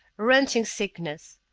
wrenching sickness.